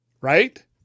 Right